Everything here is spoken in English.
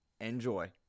Enjoy